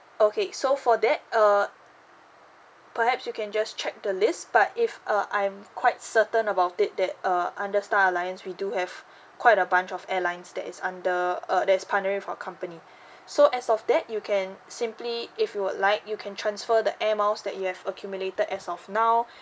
okay so for that err perhaps you can just check the list but if uh I'm quite certain about it that uh under star alliance we do have quite a bunch of airlines that is under a that is partnering with our company so as of that you can simply if you would like you can transfer the air miles that you have accumulated as of now